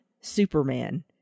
Superman